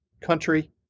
country